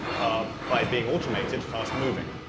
ah by being automated, fast-moving.